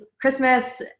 Christmas